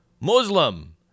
Muslim